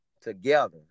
together